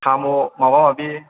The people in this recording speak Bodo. साम' माबा माबि